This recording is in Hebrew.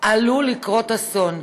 עלול לקרות אסון.